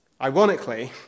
Ironically